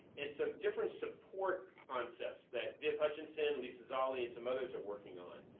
and some different support concepts, that viv hutchison, lisa zolly and some others are working on.